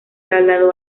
trasladó